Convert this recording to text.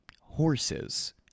horses